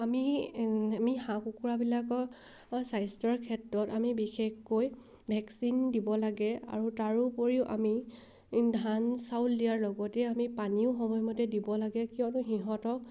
আমি আমি হাঁহ কুকুৰাবিলাকৰ স্বাস্থ্যৰ ক্ষেত্ৰত আমি বিশেষকৈ ভেকচিন দিব লাগে আৰু তাৰোপৰিও আমি ধান চাউল দিয়াৰ লগতে আমি পানীও সময়মতে দিব লাগে কিয়নো সিহঁতক